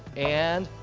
and,